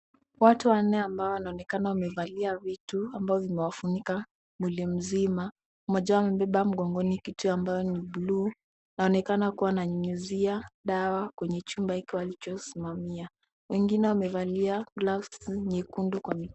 Watu wanne ambao wanaonekana wamevalia vitu ambavyo vimewafunika mwili mzima. Mmoja wao amebeba mgongoni kitu ambayo ni buluu. Anaonekana kuwa ananyunyuzia dawa kwenye chumba hiki walichosimamia. Wengine wamevalia glavu nyekundu kwa mikono.